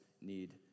need